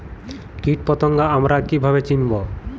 কীটপতঙ্গ আমরা কীভাবে চিনব?